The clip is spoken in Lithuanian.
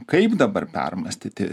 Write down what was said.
kaip dabar permąstyti